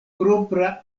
propra